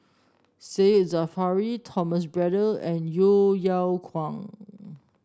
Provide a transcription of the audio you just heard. Said Zahari Thomas Braddell and Yeo Yeow Kwang